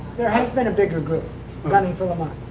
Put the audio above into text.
there has been a bigger group gunning for le